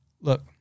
look